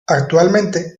actualmente